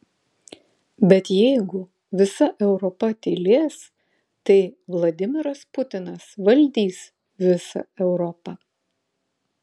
bet jeigu visa europa tylės tai vladimiras putinas valdys visą europą